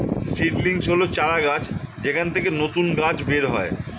seedlings হল চারাগাছ যেখান থেকে নতুন গাছ বের হয়